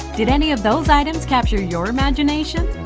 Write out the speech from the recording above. did any of those items capture your imagination?